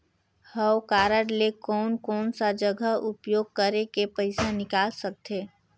हव कारड ले कोन कोन सा जगह उपयोग करेके पइसा निकाल सकथे?